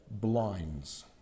blinds